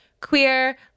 queer